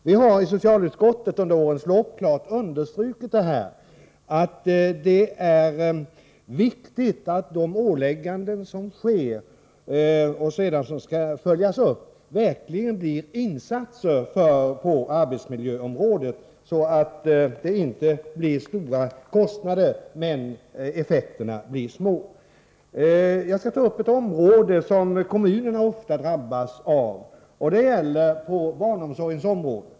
Vi har i socialutskottet under årens lopp klart understrukit att det är viktigt att de ålägganden som beslutas och som sedan skall följas upp verkligen blir insatser på arbetsmiljöområdet, så att det inte blir stora kostnader och små effekter. Jag skall ta upp ett område där kommunerna ofta drabbas, och det gäller barnomsorgen.